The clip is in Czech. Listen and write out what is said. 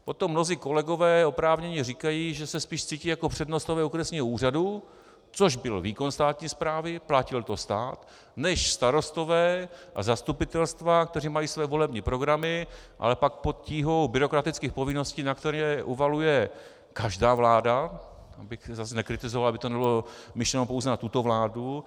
Proto mnozí kolegové oprávněně říkají, že se spíš cítí jako přednostové okresního úřadu, což byl výkon státní správy, platil to stát, než starostové a zastupitelstva, kteří mají své volební programy, ale pak pod tíhou byrokratických povinností které na ně uvaluje každá vláda, abych zas nekritizoval, aby to nebylo myšleno pouze na tuto vládu.